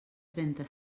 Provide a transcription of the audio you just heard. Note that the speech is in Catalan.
trenta